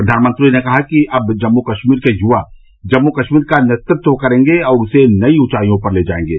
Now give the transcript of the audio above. प्रधानमंत्री ने कहा कि अब जम्मू कश्मीर के युवा जम्मू कश्मीर का नेतृत्व करेंगे और उसे नई ऊंचाइयों पर ले जाएंगे